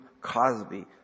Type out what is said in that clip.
Cosby